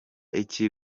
iki